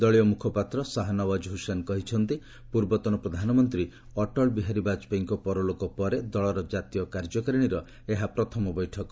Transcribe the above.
ଦଳୀୟ ମୁଖପାତ୍ର ଶାହାନ ପୂର୍ବତନ ପ୍ରଧାନମନ୍ତ୍ରୀ ଅଟଳ ବିହାରୀ ବାଜପେୟୀଙ୍କ ପରଲୋକ ପରେ ଦଳର ଜାତୀୟ କାର୍ଯ୍ୟକାରିଣୀର ଏହା ପ୍ରଥମ ବୈଠକ